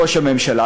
ראש הממשלה,